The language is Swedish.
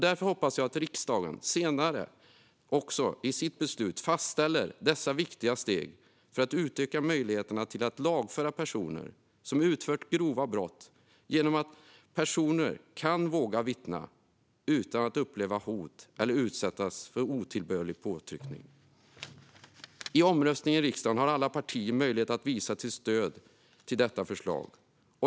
Därför hoppas jag att riksdagen senare i dag fastställer dessa viktiga steg för att utöka möjligheterna till att lagföra personer som utfört grova brott genom att personer kan våga vittna utan att uppleva hot eller utsättas för otillbörliga påtryckningar. I omröstningen i riksdagen har alla partier möjlighet att visa sitt stöd för detta förslag.